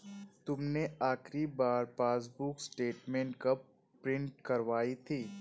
तुमने आखिरी बार पासबुक स्टेटमेंट कब प्रिन्ट करवाई थी?